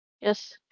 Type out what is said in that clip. Yes